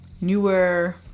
newer